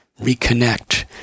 reconnect